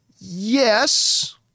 Yes